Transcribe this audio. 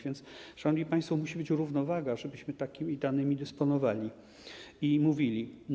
Więc, szanowni państwo, musi być równowaga, żebyśmy takimi danymi dysponowali i mówili.